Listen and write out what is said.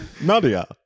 Nadia